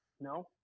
No